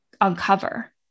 uncover